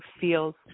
feels